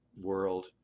world